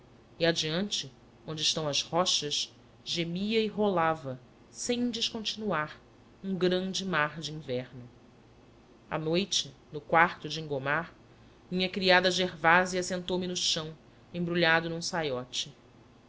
e adiante onde estão as rochas gemia e rolava sem descontinuar um grande mar de inverno à noite no quarto de engomar a minha criada gervásia sentou me no chão embrulhado num saiote